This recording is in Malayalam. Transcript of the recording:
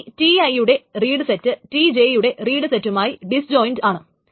ഇനി Ti യുടെ റീഡ്സെറ്റ് Tj യുടെ റീഡ് സെറ്റുമായി ഡിസ്ജോയിന്റ് ആണ്